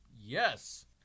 Yes